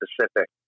specific